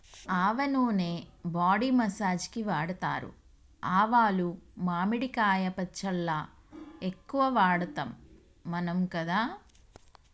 ఆవల నూనె body massage కి వాడుతారు ఆవాలు మామిడికాయ పచ్చళ్ళ ఎక్కువ వాడుతాం మనం కదా